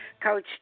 Coach